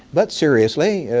but seriously,